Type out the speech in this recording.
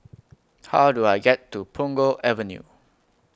How Do I get to Punggol Avenue